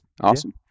Awesome